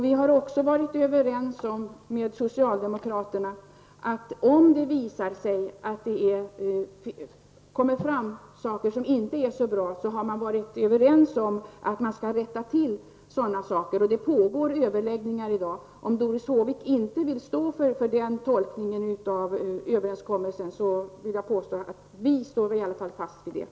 Vi har också varit överens med socialdemokraterna om att om det kommer fram sådant som inte är så bra skall man rätta till det. Det pågår överläggningar om detta. Även om Doris Håvik inte vill stå för den tolkningen av överenskommelsen vill jag säga att vi i alla fall står fast vid den.